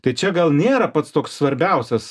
tai čia gal nėra pats toks svarbiausias